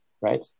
right